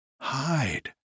hide